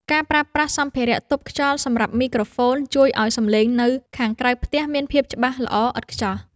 ការប្រើប្រាស់សម្ភារៈទប់ខ្យល់សម្រាប់មីក្រូហ្វូនជួយឱ្យសំឡេងនៅខាងក្រៅផ្ទះមានភាពច្បាស់ល្អឥតខ្ចោះ។